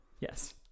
Yes